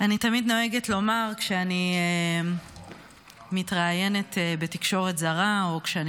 אני תמיד נוהגת לומר כשאני מתראיינת בתקשורת זרה או כשאני